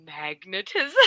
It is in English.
magnetism